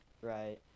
right